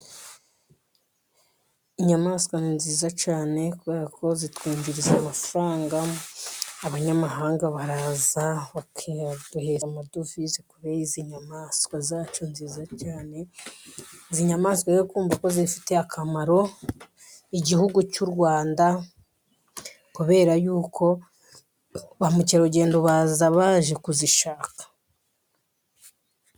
Inyamaswa ni nziza cyane kubera ko zitwinjiriza amafaranga, abanyamahanga baraza bakihera amadovize kubera izi nyamaswa zacu nziza cyane, izi nyamaswa yo kumva ko zifitiye akamaro, igihugu cy'u Twanda kubera yuko ba mukerarugendo baza baje kuzishaka.